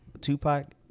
Tupac